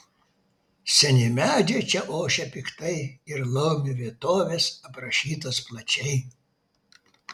seni medžiai čia ošia piktai ir laumių vietovės aprašytos plačiai